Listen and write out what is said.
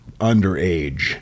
underage